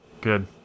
Good